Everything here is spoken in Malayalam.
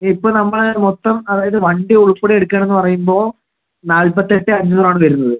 ഇപ്പോൾ നമ്മൾ മൊത്തം അതായത് വണ്ടി ഉൾപ്പെടെ എടുക്കണമെന്ന് പറയുമ്പോൾ നാല്പത്തെട്ടെ അഞ്ഞൂറ് ആണ് വരുന്നത്